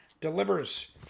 delivers